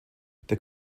der